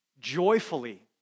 joyfully